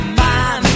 man